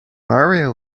mario